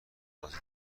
بازی